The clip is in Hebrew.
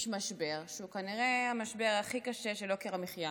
יש משבר שהוא כנראה המשבר הכי קשה, של יוקר המחיה